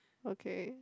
okay